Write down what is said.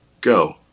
go